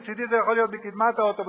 מצדי זה יכול להיות בקדמת האוטובוס,